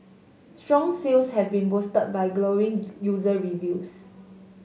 strong sales have been boosted by glowing user reviews